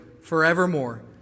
forevermore